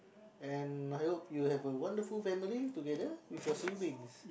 and I hope you have a wonderful family together with your siblings